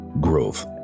growth